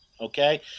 okay